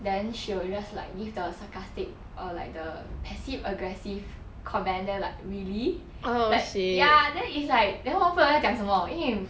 then she will you just like give the sarcastic or like the passive aggressive comment then like really like ya then is like then 我不懂他在讲什么因为